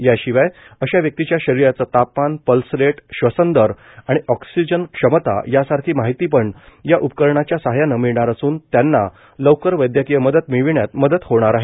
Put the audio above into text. याशिवाय अशा व्यक्तीच्या शरीराचं तापमान पल्स रेट श्वसन दर आणि ऑक्सिजन क्षमता यासारखी माहितीपण या उपकरणाच्या सहाय्यानं मिळणार असून त्यांना लवकर वैद्यकीय मदत मिळविण्यात मदत होणार आहे